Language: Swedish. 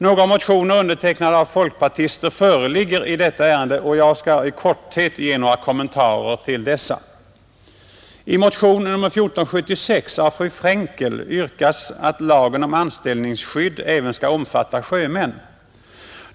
Några motioner undertecknade av folkpartister föreligger i detta ärende och jag skall i korthet ge några kommentarer till dessa, I motionen 1476 av fru Frenkel yrkas att lagen om anställningsskydd även skall omfatta sjömän.